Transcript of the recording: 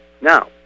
now